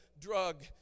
drug